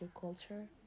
culture